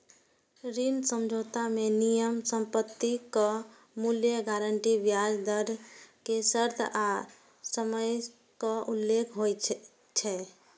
ऋण समझौता मे नियम, संपत्तिक मूल्य, गारंटी, ब्याज दर के शर्त आ समयक उल्लेख होइ छै